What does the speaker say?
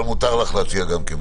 אבל מותר לך להציג גם כן,